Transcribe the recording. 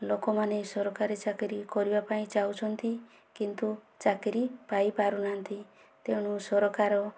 ଲୋକମାନେ ସରକାରୀ ଚାକିରି କରିବା ପାଇଁ ଯାଉଛନ୍ତି କିନ୍ତୁ ଚାକିରି ପାଇ ପାରୁ ନାହାନ୍ତି ତେଣୁ ସରକାର